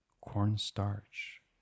cornstarch